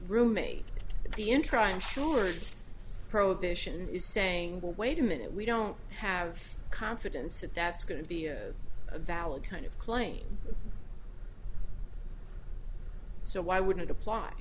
roommate the in trying to sure prohibition is saying well wait a minute we don't have confidence that that's going to be a valid kind of claim so why wouldn't apply